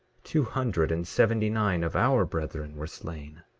two hundred and seventy-nine of our brethren were slain.